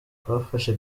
twafashe